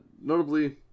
Notably